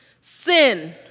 sin